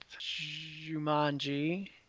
Jumanji